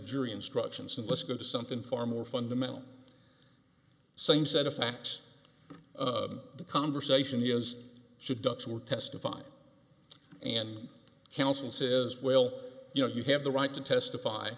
jury instructions and let's go to something far more fundamental same set of facts the conversation yes should ducks were testified and counsel says well you know you have the right to testify